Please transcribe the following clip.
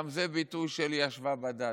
גם זה ביטוי של "ישבה בדד".